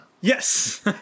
Yes